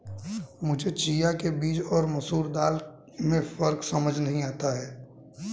मुझे चिया के बीज और मसूर दाल में फ़र्क समझ नही आता है